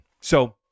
So-